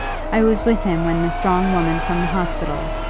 i was with him when the strong woman from the hospital,